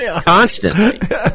constantly